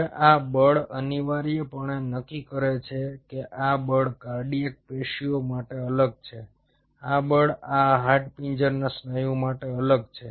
હવે આ બળ અનિવાર્યપણે નક્કી કરે છે કે આ બળ કાર્ડિયાક પેશીઓ માટે અલગ છે આ બળ આ હાડપિંજરના સ્નાયુ માટે અલગ છે